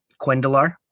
quendalar